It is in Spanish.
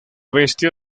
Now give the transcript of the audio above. bestia